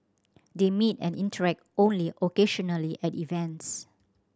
they meet and interact only occasionally at events